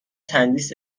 تندیس